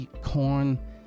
Corn